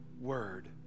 word